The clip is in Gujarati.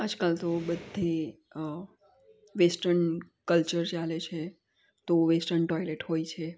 આજકાલ તો બધે વેસ્ટર્ન કલ્ચર ચાલે છે તો વેસ્ટર્ન ટોયલેટ હોય છે